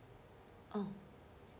ah